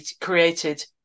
created